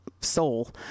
soul